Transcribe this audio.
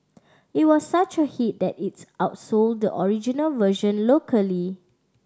it was such a hit that it outsold the original version locally